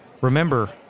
remember